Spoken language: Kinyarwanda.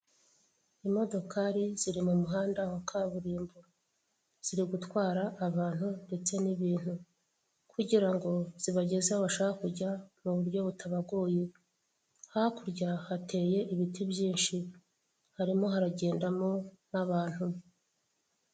Imodokari ziri mu muhanda wa kaburimbo, ziri gutwara abantu ndetse n'ibintu kugira ngo zibageze aho bashaka kujya mu buryo butabagoye. Hakurya hateye ibiti byinshi, harimo haragendamo n'abantu.